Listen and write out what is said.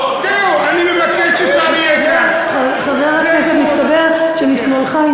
זהו, אני מבקש, חבר הכנסת, מסתבר שמשמאלך,